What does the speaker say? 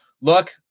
Look